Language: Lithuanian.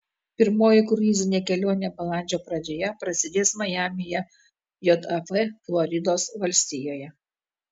pirmoji kruizinė kelionė balandžio pradžioje prasidės majamyje jav floridos valstijoje